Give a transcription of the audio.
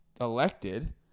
elected